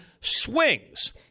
swings